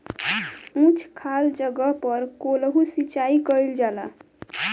उच्च खाल जगह पर कोल्हू सिचाई कइल जाला